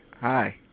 Hi